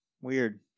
Weird